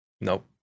Nope